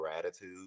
gratitude